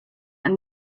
and